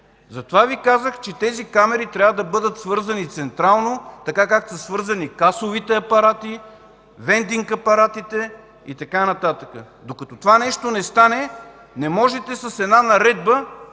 Затова Ви казах, че тези камери трябва да бъдат свързани централно, както са свързани касовите апарати, вендинг апаратите и така нататък. Докато това нещо не стане, не можете с една наредба